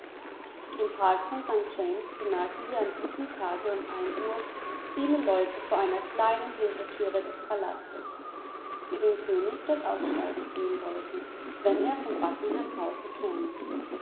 von st james bemerkten wir an diesem tage um ein uhr viele leute vor einer kleinen hintertüre des palastes die den könig dort aussteigen sehen wollten wenn er vom buckingham house käme